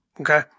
Okay